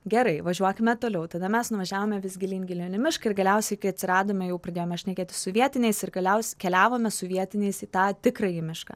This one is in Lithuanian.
gerai važiuokime toliau tada mes nuvažiavome vis gilyn gilyn į mišką ir galiausiai kai atsiradome jau pradėjome šnekėtis su vietiniais ir galiausiai keliavome su vietiniais į tą tikrąjį mišką